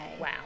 wow